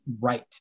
right